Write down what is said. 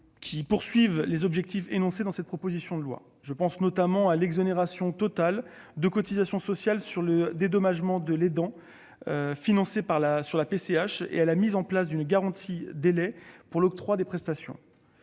au service des objectifs énoncés dans cette proposition de loi. Je pense notamment à l'exonération totale de cotisations sociales sur le dédommagement de l'aidant financé sur la PCH, ainsi qu'à la mise en place d'une garantie délai pour l'octroi des prestations.